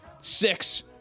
six